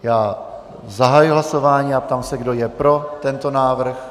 Já zahajuji hlasování a ptám se, kdo je pro tento návrh.